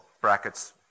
brackets